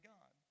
God